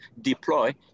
deploy